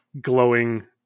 glowing